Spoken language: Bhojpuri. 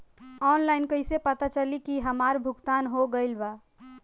ऑनलाइन कईसे पता चली की हमार भुगतान हो गईल बा?